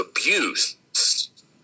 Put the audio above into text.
abuse